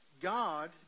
God